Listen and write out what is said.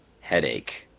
headache